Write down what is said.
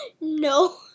no